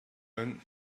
man